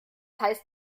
heißt